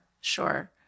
sure